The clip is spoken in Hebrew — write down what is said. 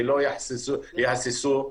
ולא יהססו,